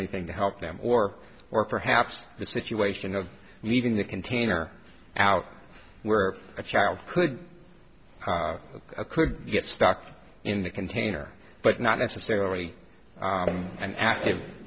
anything to help them or or perhaps the situation of leaving the container out where a child could could get stuck in the container but not necessarily an active